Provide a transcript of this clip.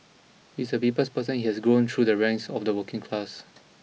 he is a people's person he has grown through the ranks of the working class